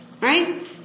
Right